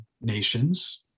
nations